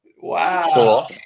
Wow